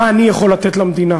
מה אני יכול לתת למדינה,